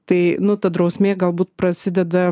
tai nu ta drausmė galbūt prasideda